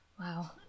wow